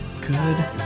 Good